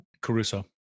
Caruso